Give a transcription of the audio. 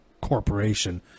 corporation